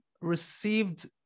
received